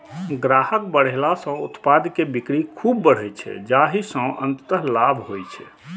ग्राहक बढ़ेला सं उत्पाद के बिक्री खूब बढ़ै छै, जाहि सं अंततः लाभ होइ छै